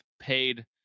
paid